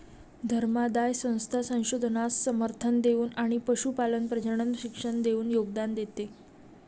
धर्मादाय संस्था संशोधनास समर्थन देऊन आणि पशुपालन प्रजनन शिक्षण देऊन योगदान देते